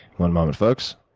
one moment, folks.